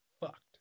fucked